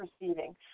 receiving